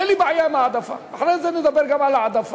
אין לי בעיה עם העדפה, אחרי זה נדבר גם על ההעדפה.